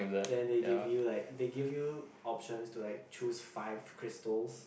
then they give you like they give you options to like choose five crystals